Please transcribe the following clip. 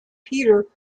peter